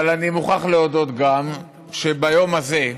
אבל אני מוכרח גם להודות שביום הזה,